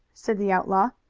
said the outlaw,